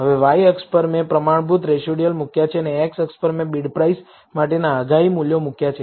હવે y અક્ષ પર મેં પ્રમાણભૂત રેસિડયુઅલ મૂક્યા છે અને x અક્ષ પર મેં બિડપ્રાઇસ માટેના આગાહી મૂલ્યો મૂક્યા છે